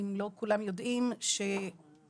אם לא כולם יודעים, שעכשיו